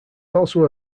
also